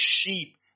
sheep